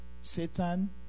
satan